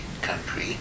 country